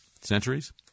Centuries